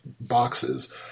boxes